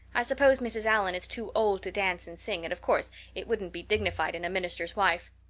i suppose mrs. allan is too old to dance and sing and of course it wouldn't be dignified in a minister's wife.